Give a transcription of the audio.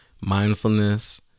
mindfulness